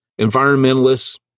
Environmentalists